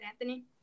Anthony